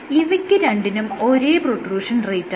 ഇവയ്ക്ക് രണ്ടിനും ഒരേ പ്രൊട്രൂഷൻ റേറ്റാണ്